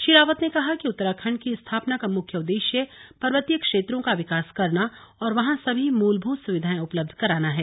श्री रावत ने कहा कि उतराखण्ड की स्थापना का मुख्य उद्देश्य पर्वतीय क्षेत्रों का विकास करना और वहां सभी मूलभूत सुविधाएं उपलब्ध कराना है